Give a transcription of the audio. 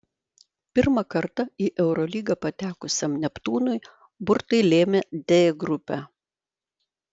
pirmą kartą į eurolygą patekusiam neptūnui burtai lėmė d grupę